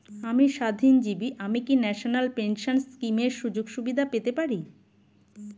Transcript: আমি স্বাধীনজীবী আমি কি ন্যাশনাল পেনশন স্কিমের সুযোগ সুবিধা পেতে পারি?